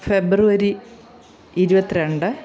February ഇരുപത്തി രണ്ട്